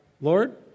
Lord